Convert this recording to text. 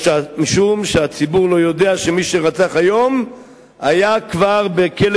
משום שהציבור לא יודע שמי שרצח היום כבר היה פעם כאן בכלא